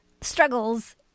struggles